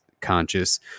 conscious